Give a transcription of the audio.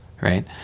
right